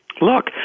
Look